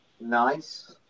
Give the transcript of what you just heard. Nice